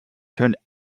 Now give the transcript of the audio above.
turned